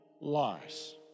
lies